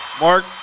Mark